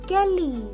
Kelly